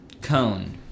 cone